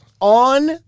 On